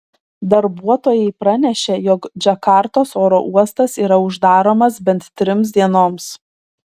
darbuotojai pranešė jog džakartos oro uostas yra uždaromas bent trims dienoms